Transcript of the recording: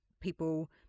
people